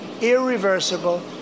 irreversible